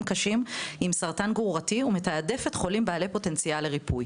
קשים עם סרטן גרורתי ומתעדפת חולים בעלי פוטנציאל לריפוי,